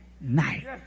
night